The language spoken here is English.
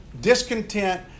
discontent